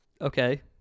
Okay